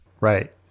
right